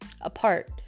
apart